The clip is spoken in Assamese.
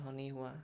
ধনী হোৱা